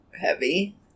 heavy